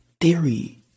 theory